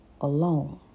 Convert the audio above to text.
alone